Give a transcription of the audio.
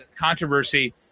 controversy